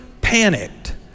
panicked